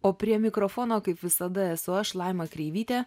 o prie mikrofono kaip visada esu aš laima kreivytė